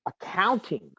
accounting